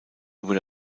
über